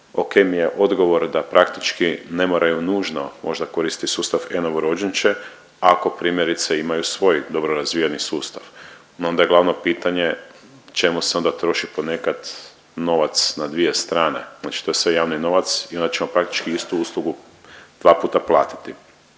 mi je odgovor da praktički ne moraju nužno, možda koristi sustav e-novorođenče ako primjerice imaju svoj dobro razvijeni sustav, no onda je glavno pitanje čemu se onda troši ponekad novac na dvije strane, znači to je sve javni novac i onda ćemo praktički istu uslugu dva puta platiti.